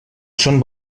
són